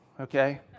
okay